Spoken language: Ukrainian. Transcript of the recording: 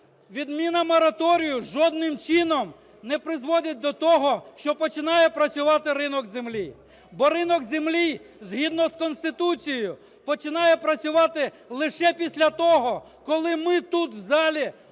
відміна мораторію жодним чином не призводить до того, що починає працювати ринок землі. Бо ринок землі, згідно з Конституцією, починає працювати лише після того, коли ми тут у залі